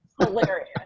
hilarious